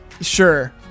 Sure